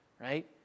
right